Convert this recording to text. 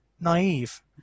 naive